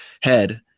head